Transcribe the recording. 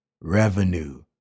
revenue